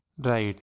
Right